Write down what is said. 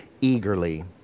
eagerly